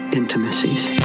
intimacies